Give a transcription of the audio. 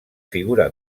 figura